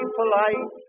polite